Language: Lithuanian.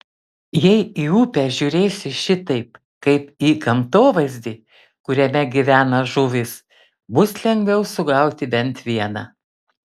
jei į upę žiūrėsi šitaip kaip į gamtovaizdį kuriame gyvena žuvys bus lengviau sugauti bent vieną